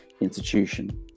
institution